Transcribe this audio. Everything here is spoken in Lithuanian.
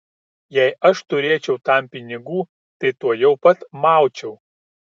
jei aš turėčiau tam pinigų tai tuojau pat maučiau